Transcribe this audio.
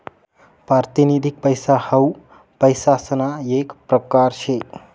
पारतिनिधिक पैसा हाऊ पैसासना येक परकार शे